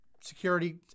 security